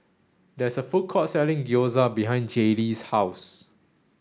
there is a food court selling Gyoza behind Jaylee's house